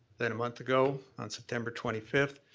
then a month ago on september twenty fifth,